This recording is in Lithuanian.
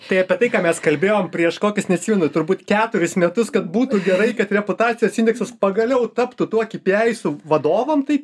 tai apie tai ką mes kalbėjom prieš kokius neatsimenu turbūt keturis metus kad būtų gerai kad reputacijos indeksas pagaliau taptų tuo kipiaisu vadovam taip